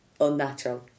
unnatural